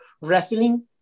wrestling